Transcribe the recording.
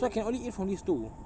so I can only eat from these two